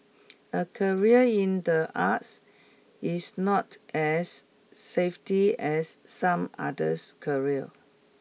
a career in the arts is not as safety as some others careers